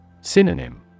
Synonym